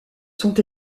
sont